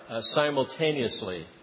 simultaneously